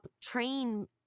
train